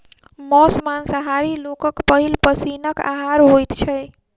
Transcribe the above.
मौस मांसाहारी लोकक पहिल पसीनक आहार होइत छै